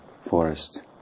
forest